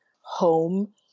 home